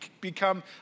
become